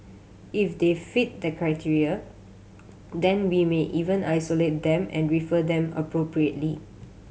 if they fit that criteria then we may even isolate them and refer them appropriately